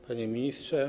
Panie Ministrze!